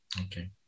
Okay